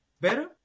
better